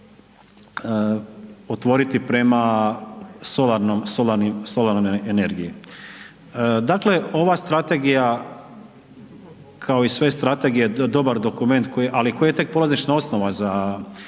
solarnim, solarnoj energiji. Dakle, ova Strategija, kao i sve Strategije je dobar dokument koji, ali koji je tek polazišna osnova za